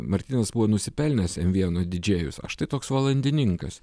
martynas buvo nusipelnęs m vieno didžėjus aš tai toks valandininkas